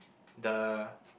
the